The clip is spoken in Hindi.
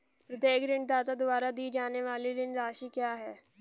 प्रत्येक ऋणदाता द्वारा दी जाने वाली ऋण राशि क्या है?